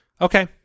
Okay